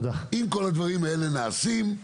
אם כל הדברים האלה נעשים,